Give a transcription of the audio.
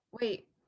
wait